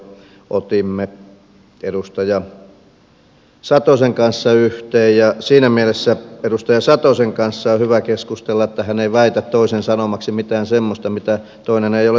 siitä jo otimme edustaja satosen kanssa yhteen ja siinä mielessä edustaja satosen kanssa on hyvä keskustella että hän ei väitä toisen sanomaksi mitään semmoista mitä toinen ei ole sanonut